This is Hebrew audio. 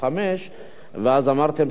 ואז אמרתם שהיה חיסכון.